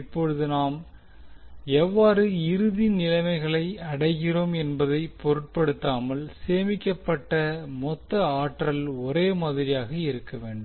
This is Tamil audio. இப்போது நாம் எவ்வாறு இறுதி நிலைமைகளை அடைகிறோம் என்பதைப் பொருட்படுத்தாமல் சேமிக்கப்பட்ட மொத்த ஆற்றல் ஒரே மாதிரியாக இருக்க வேண்டும்